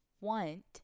want